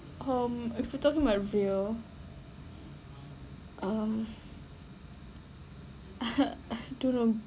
um if you're talking about real um don't know